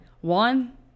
One